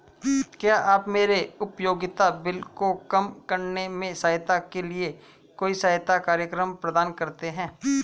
क्या आप मेरे उपयोगिता बिल को कम करने में सहायता के लिए कोई सहायता कार्यक्रम प्रदान करते हैं?